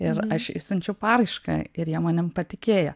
ir aš išsiunčiau paraišką ir jie manim patikėjo